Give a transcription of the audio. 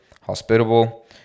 hospitable